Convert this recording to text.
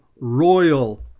royal